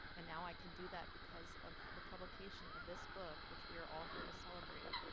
and now i can do that because of the publication of this book which we are all here to celebrate.